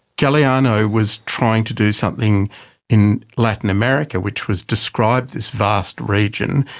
galeano was trying to do something in latin america which was describe this vast region,